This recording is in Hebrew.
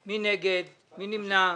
נמנעים,